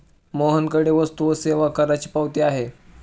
मोहनकडे वस्तू व सेवा करची पावती आहे